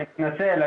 אני מתנצל.